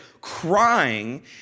crying